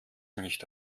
nicht